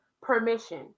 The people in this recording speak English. permission